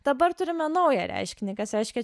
dabar turime naują reiškinį kas reiškia